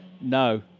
No